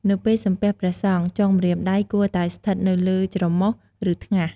នៅពេលសំពះព្រះសង្ឃ ចុងម្រាមដៃគួរតែស្ថិតនៅត្រឹមច្រមុះ ឬថ្ងាស។